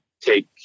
take